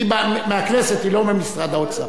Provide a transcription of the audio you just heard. היא באה מהכנסת, היא לא ממשרד האוצר.